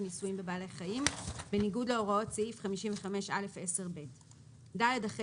ניסויים בבעלי חיים "בניגוד להוראות סעיף 55א10(ב);";" " (ד)אחרי